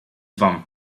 wam